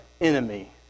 enemy